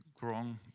grown